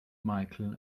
micheal